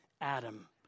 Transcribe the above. Adam